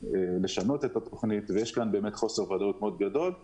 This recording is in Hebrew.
לשנות את התוכנית, ויש כאן חוסר וודאות גדול מאוד.